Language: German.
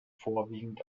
vorwiegend